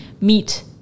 meet